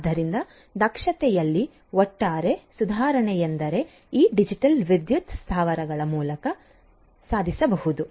ಆದ್ದರಿಂದ ದಕ್ಷತೆಯಲ್ಲಿ ಒಟ್ಟಾರೆ ಸುಧಾರಣೆಯೆಂದರೆ ಈ ಡಿಜಿಟಲ್ ವಿದ್ಯುತ್ ಸ್ಥಾವರಗಳ ಮೂಲಕ ಸಾಧಿಸಬಹುದು